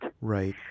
Right